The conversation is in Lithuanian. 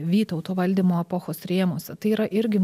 vytauto valdymo epochos rėmuose tai yra irgi